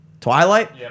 Twilight